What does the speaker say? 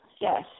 yes